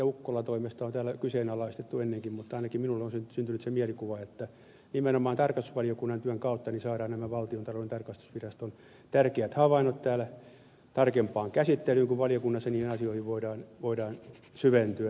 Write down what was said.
ukkolan toimesta on täällä kyseenalaistettu ennenkin mutta ainakin minulle on syntynyt se mielikuva että nimenomaan tarkastusvaliokunnan työn kautta saadaan nämä valtiontalouden tarkastusviraston tärkeät havainnot täällä tarkempaan käsittelyyn kun valiokunnassa niihin asioihin voidaan syventyä